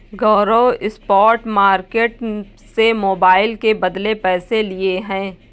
गौरव spot market से mobile के बदले पैसे लिए हैं